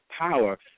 power